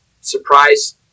surprise